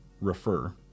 refer